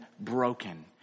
broken